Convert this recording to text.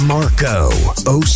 Marco